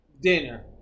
dinner